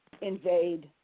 invade